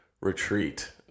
retreat